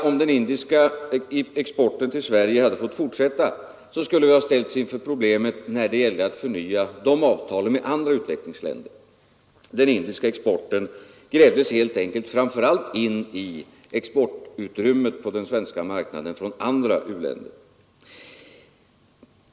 Om den indiska exporten till Sverige hade fått fortsätta, skulle vi ha ställts inför problem när det gällde att förnya avtalen med andra utvecklingsländer. Den indiska exporten vävdes framför allt in i exportutrymmet från andra länder på den svenska marknaden.